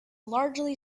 largely